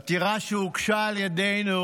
זו עתירה שהוגשה על ידינו